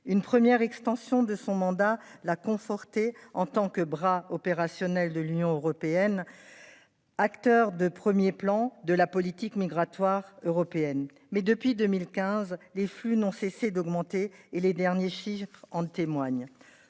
Une première extension de son mandat la conforter en tant que bras opérationnel de l'Union européenne. Acteur de 1er plan de la politique migratoire européenne mais depuis 2015, les flux n'ont cessé d'augmenter et les derniers chiffres en témoignent,